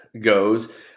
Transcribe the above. goes –